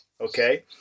okay